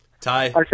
Ty